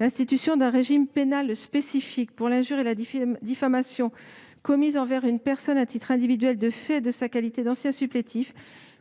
L'institution d'un régime pénal spécifique pour l'injure et la diffamation commises envers une personne à titre individuel du fait de sa qualité d'ancien supplétif